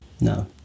no